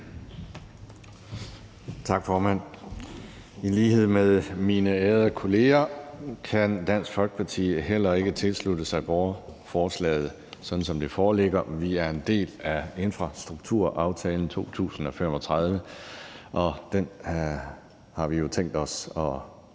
Tak, formand. I lighed med mine ærede kolleger kan Dansk Folkeparti heller ikke tilslutte sig borgerforslaget, som det foreligger. Vi er en del af »Aftale om Infrastrukturplan 2035«, og den har vi jo tænkt os at